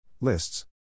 Lists